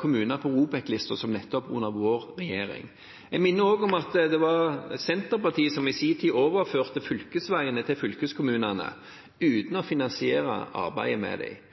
kommuner på ROBEK-listen som nettopp under vår regjering. Jeg minner også om at det var Senterpartiet som i sin tid overførte fylkesveiene til fylkeskommunene, uten å finansiere arbeidet med